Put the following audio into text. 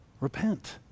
repent